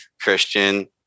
Christian